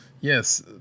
yes